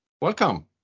Welcome